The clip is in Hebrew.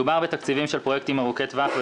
מדובר בתקציבים של פרויקטים ארוכי טווח,